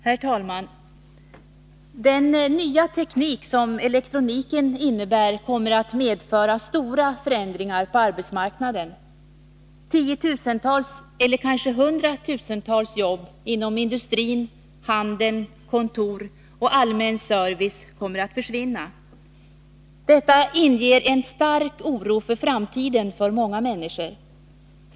Herr talman! Den nya teknik som elektroniken innebär kommer att medföra stora förändringar på arbetsmarknaden. Tiotusentals eller kanske hundratusentals jobb inom industri, handel, kontor och allmän service kommer att försvinna. Detta skapar en stark oro för framtiden hos många människor.